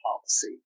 Policy